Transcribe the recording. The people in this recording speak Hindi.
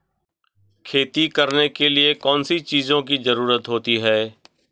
खेती करने के लिए कौनसी चीज़ों की ज़रूरत होती हैं?